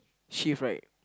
shift right